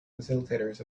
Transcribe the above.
facilitators